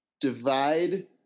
divide